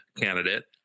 candidate